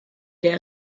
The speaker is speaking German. der